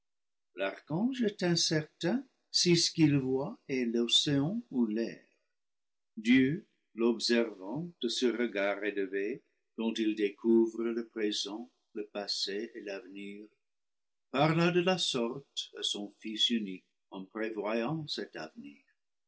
l'archange est incertain si ce qu'il voit est l'océan ou l'air dieu l'observant de ce regard élevé dont il découvre le présent le passé et l'avenir parla de la sorte à son fils unique en prévoyant cet avenir